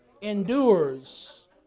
Endures